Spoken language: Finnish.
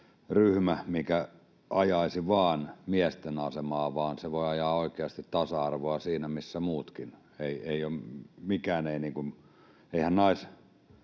ryhmä, mikä ajaisi vain miesten asemaa, vaan se voi ajaa oikeasti tasa-arvoa siinä, missä muutkin. Eihän